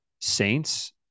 saints